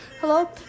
Hello